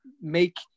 make –